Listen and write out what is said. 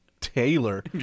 Taylor